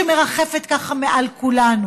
שמרחפת ככה מעל כולנו